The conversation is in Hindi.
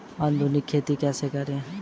आधुनिक खेती कैसे करें?